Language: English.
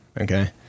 Okay